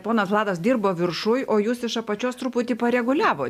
ponas vladas dirbo viršuj o jūs iš apačios truputį pareguliavot